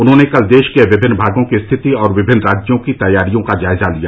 उन्होंने कल देश के विभिन्न भागों की स्थिति और विभिन्न राज्यों की तैयारियों का जायजा लिया